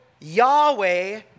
Yahweh